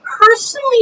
personally